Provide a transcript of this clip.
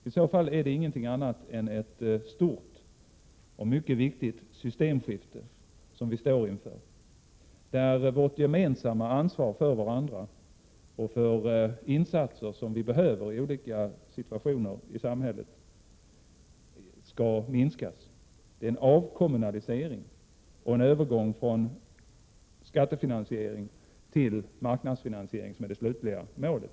I så fall står vi inför ett stort och mycket viktigt systemskifte, där vårt gemensamma ansvar för varandra och för insatser som behövs i olika situationer i samhället skall minskas. Det är en avkommunalisering och en övergång från skattefinansiering till marknadsfinansiering som är det slutliga målet.